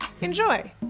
Enjoy